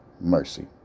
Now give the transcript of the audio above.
mercy